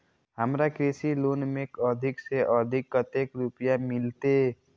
हमरा कृषि लोन में अधिक से अधिक कतेक रुपया मिलते?